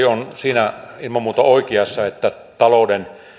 on siinä ilman muuta oikeassa että talouden